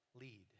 lead